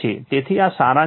તેથી આ સારાંશ છે